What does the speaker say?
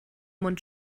mund